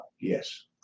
Yes